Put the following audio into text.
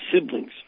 siblings